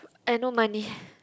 I no money